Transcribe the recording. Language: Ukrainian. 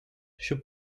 щоб